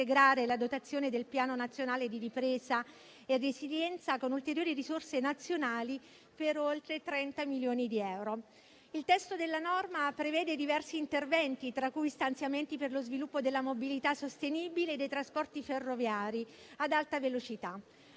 di integrare la dotazione del Piano nazionale di ripresa e resilienza con ulteriori risorse nazionali per oltre 30 milioni di euro. Il testo della norma prevede diversi interventi, tra cui stanziamenti per lo sviluppo della mobilità sostenibile e dei trasporti ferroviari ad alta velocità.